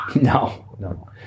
No